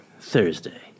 Thursday